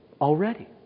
already